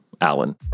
Alan